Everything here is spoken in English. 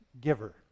giver